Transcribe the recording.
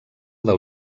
del